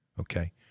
okay